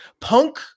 Punk